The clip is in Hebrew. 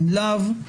אם לאו?